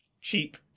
cheap